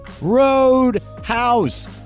Roadhouse